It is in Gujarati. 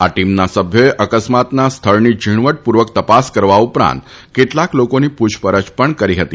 આ ટીમના સભ્યોએ અકસ્માતના સ્થળની ઝીણવટપૂર્વક તપાસ કરવા ઉપરાંત કેટલાક લોકોની પૂછપરછ પણ કરી હતી